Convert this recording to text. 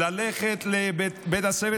ללכת לבית הספר,